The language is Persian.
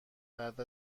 بعد